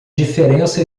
diferença